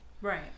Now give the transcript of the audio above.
Right